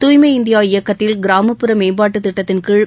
துய்மை இந்தியா இயக்கத்தில் கிராமப்புற மேம்பாட்டுத் திட்டத்தின்கீழ்